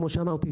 כמו שאמרתי,